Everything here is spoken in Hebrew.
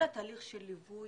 כל התהליך של ליווי,